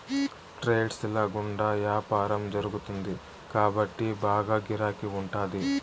trades ల గుండా యాపారం జరుగుతుంది కాబట్టి బాగా గిరాకీ ఉంటాది